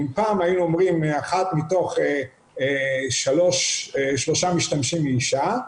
אם פעם היינו אומרים אחת מתוך שלושה משתמשים היא אישה,